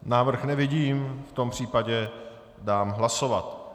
Návrh nevidím, v tom případě dám hlasovat.